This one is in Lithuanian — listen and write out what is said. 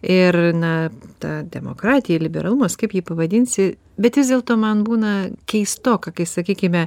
ir na ta demokratija liberalumas kaip jį pavadinsi bet vis dėlto man būna keistoka kai sakykime